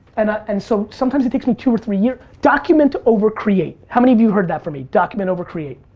and ah and so, sometimes it takes me two or three years, document over create. how many of you heard that from me? document over create?